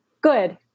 good